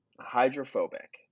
hydrophobic